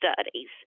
studies